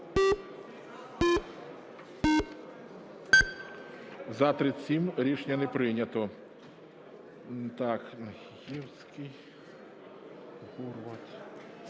За-40 Рішення не прийнято.